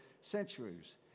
centuries